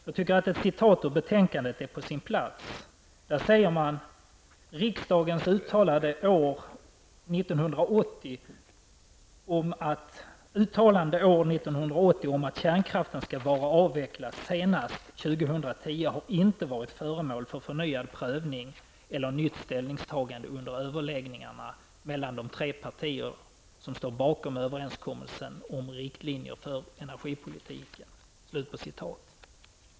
Jag tycker att ett citat ur betänkandet är på sin plats: ''Riksdagens uttalande år 1980 om att kärnkraften skall vara avvecklad senast 2010 har inte varit föremål för förnyad prövning eller nytt ställningstagande under överläggningarna mellan de tre partier som står bakom överenskommelsen om riktlinjer för energipolitiken.''